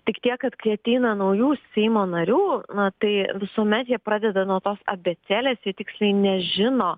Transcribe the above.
tik tiek kad kai ateina naujų seimo narių na tai visuomet jie pradeda nuo tos abėcėlės jie tiksliai nežino